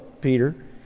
Peter